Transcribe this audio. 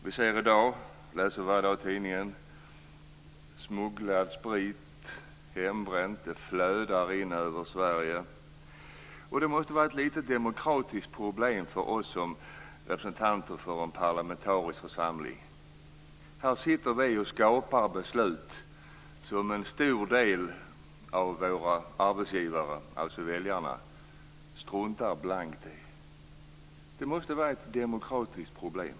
Vi läser varje dag i tidningen om smugglad sprit och hembränt. Det flödar in över Sverige. Det måste vara ett litet demokratiskt problem för oss som representanter för en parlamentarisk församling. Här sitter vi och skapar beslut som en stor del av våra arbetsgivare, dvs. väljarna, struntar blankt i. Det måste vara ett demokratiskt problem.